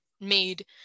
made